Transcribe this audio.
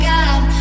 God